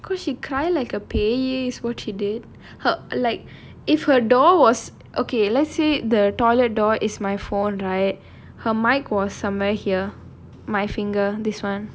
because she cry like a பேய்:pei is what she did her like if her door was okay let's say the toilet door is my phone right her microphone was somewhere here my finger this [one]